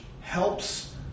helps